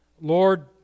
Lord